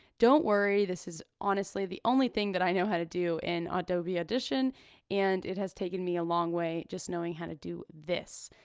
don't worry, this is honestly the only thing that i know how to do in adobe audition and it has taken me a long way just knowing how to do this.